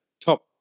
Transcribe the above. top